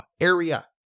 area